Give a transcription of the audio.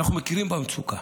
אנחנו מכירים במצוקה.